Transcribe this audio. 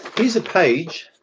here's a page.